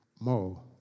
more